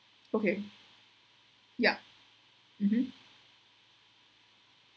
okay yup mmhmm